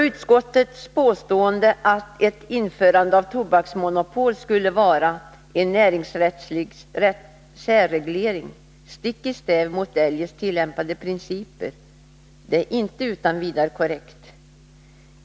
Utskottets påstående att ett införande av ett tobaksmonopol skulle vara ”en näringsrättslig särreglering stick i stäv mot eljest tillämpade principer” är inte utan vidare korrekt.